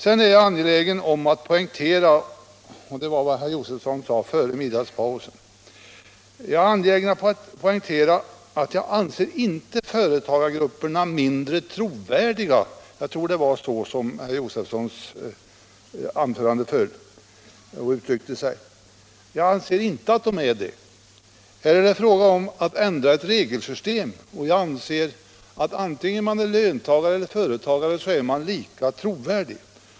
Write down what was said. Sedan är jag angelägen om att poängtera att jag inte anser företagargrupperna mindre trovärdiga än löntagargrupperna — jag tror det var så herr Josefson uttryckte sig i sitt anförande före middagspausen. Här är det i stället fråga om att ändra ett regelsystem, och jag anser att oavsett om man är löntagare eller företagare är man lika trovärdig.